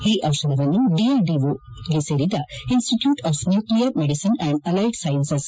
ಈ ದಿಷಧಿಯನ್ನು ಡಿಆರ್ಡಿಒಗೆ ಸೇರಿದ institute of nuclear medicine and allied sciences